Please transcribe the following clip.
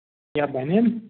کیاہ بَنہِ